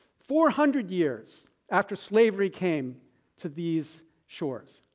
four hundred years after slavery came to these shores,